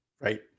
Right